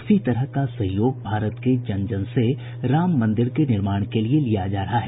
उसी तरह का सहयोग भारत के जन जन से राम मन्दिर के निर्माण के लिए लिया जा रहा है